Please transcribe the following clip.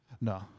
No